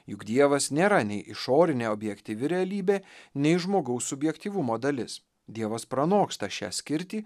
juk dievas nėra nei išorinė objektyvi realybė nei žmogaus subjektyvumo dalis dievas pranoksta šią skirtį